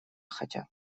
хотят